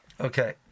Okay